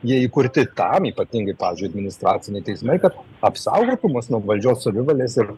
jie įkurti tam ypatingai pavyzdžiui administraciniai teismai kad apsaugotų mus nuo valdžios savivalės ir